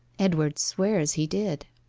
edward swears he did